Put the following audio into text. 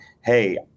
hey